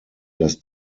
dass